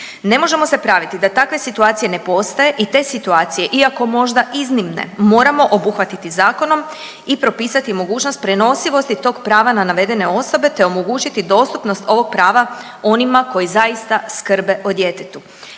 Ne možemo se praviti da takve situacije ne postoje i te situacije iako možda iznimne moramo obuhvatiti zakonom i propisati mogućnost prenosivosti tog prava na navedene osobe, te omogućiti dostupnost ovog prava onima koji zaista skrbe o djetetu.